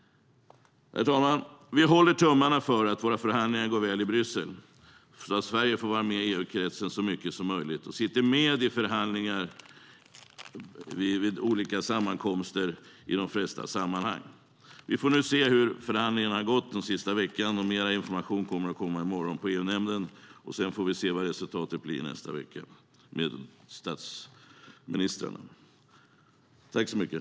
Herr talman! Vi håller tummarna för att våra förhandlingar går väl i Bryssel så att Sverige får vara med i EU-kretsen så mycket som möjligt och sitta med i förhandlingar vid olika sammankomster i de flesta sammanhang. Vi får se hur förhandlingarna har gått den sista veckan. Mer information kommer på EU-nämnden i morgon, och sedan får vi se vad resultatet blir nästa vecka när statsministrarna möts.